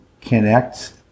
connect